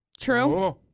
True